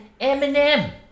Eminem